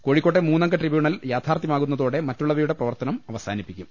കോഴിക്കോട്ടെ മൂന്നംഗ ട്രിബ്യൂണൽ യാഥാർത്ഥ്യ മാകൂന്ന തോടെ മറ്റുളളവയുടെ പ്രവർത്തനം അവസാനിപ്പിക്കും